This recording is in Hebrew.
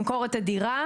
למכור את הדירה,